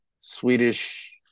Swedish